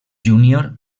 júnior